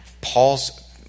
Paul's